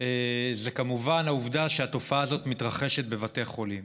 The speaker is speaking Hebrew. זה כמובן העובדה שהתופעה הזאת מתרחשת בבתי חולים.